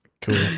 Cool